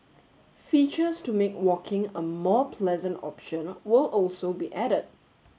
features to make walking a more pleasant option will also be added